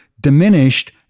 diminished